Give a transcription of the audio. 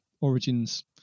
Origins